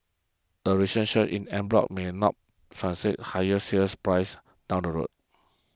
the recent surge in en bloc may or not fancy higher sale prices down the road